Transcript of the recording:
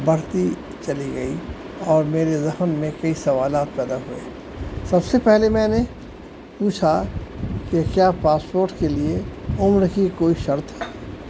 بڑھتی چلی گئی اور میرے ذہن میں کئی سوالات پیدا ہوئے سب سے پہلے میں نے پوچھا کہ کیا پاسپورٹ کے لیے عمر کی کوئی شرط ہے